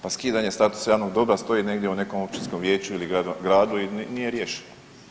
Pa skidanje statusa javnog dobra stoji negdje u nekom općinskom vijeću i gradu i nije riješeno.